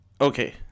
Okay